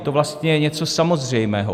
Je to vlastně něco samozřejmého.